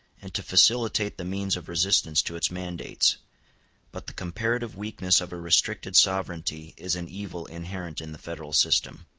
and to facilitate the means of resistance to its mandates but the comparative weakness of a restricted sovereignty is an evil inherent in the federal system.